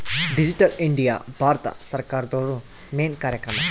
digital India Bharat ಸರ್ಕಾರ್ದೊರ್ದು main ಕಾರ್ಯಕ್ರಮ